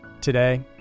Today